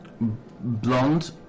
blonde